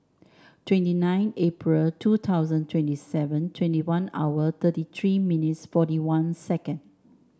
twenty nine April two thousand twenty seven twenty one hour thirty three minutes forty one second